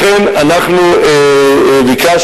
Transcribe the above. לכן אנחנו ביקשנו